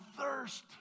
thirst